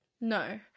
no